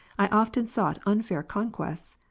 i often sought unfair conquests,